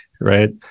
right